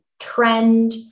trend